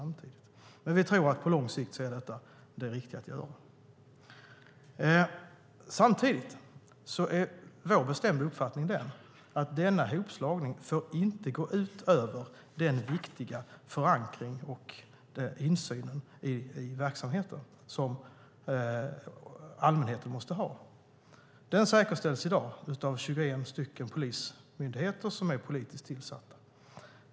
Men vi tror att detta på lång sikt är det riktiga att göra. Samtidigt är vår bestämda uppfattning att denna hopslagning inte får gå ut över den viktiga förankring och insyn i verksamheten som allmänheten måste ha. Den säkerställs i dag av 21 polismyndigheter som är politiskt tillsatta.